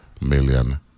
million